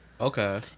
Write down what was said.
Okay